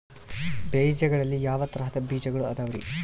ಬೇಜಗಳಲ್ಲಿ ಯಾವ ತರಹದ ಬೇಜಗಳು ಅದವರಿ?